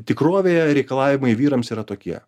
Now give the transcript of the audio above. tikrovėje reikalavimai vyrams yra tokie